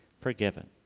forgiven